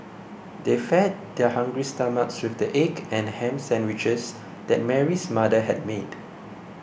they fed their hungry stomachs with the egg and ham sandwiches that Mary's mother had made